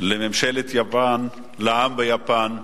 לממשלת יפן, לעם ביפן,